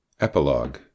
Epilogue